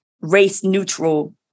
race-neutral